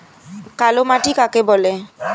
কালোমাটি কাকে বলে?